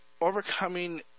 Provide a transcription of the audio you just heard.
overcoming